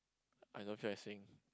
I don't feel like saying